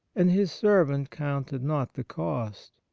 and his servant counted not the cost.